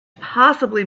possibly